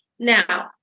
Now